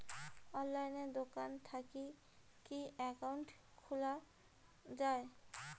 অনলাইনে দোকান থাকি কি একাউন্ট খুলা যায়?